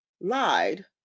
lied